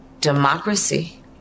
democracy